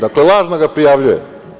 Dakle, lažno ga prijavljuje.